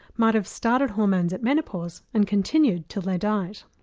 might have started hormones at menopause and continued till they died.